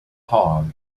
hog